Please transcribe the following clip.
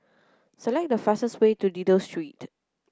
select the fastest way to Dido Street